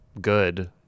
good